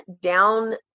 down